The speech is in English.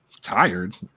tired